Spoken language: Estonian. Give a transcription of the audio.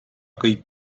kõik